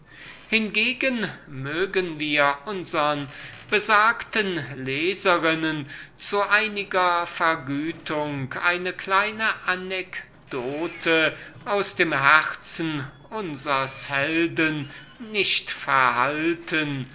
hingegen können wir unsern besagten leserinnen um sie wieder gut zu machen eine kleine anekdote aus dem herzen unsers helden nicht verhalten